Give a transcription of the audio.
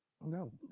No